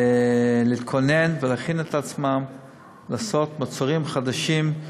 להתכונן ולהכין את עצמם לעשות מוצרים חדשים,